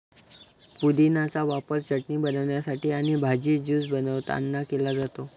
पुदिन्याचा वापर चटणी बनवण्यासाठी आणि भाजी, ज्यूस बनवतांना केला जातो